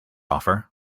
offer